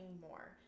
more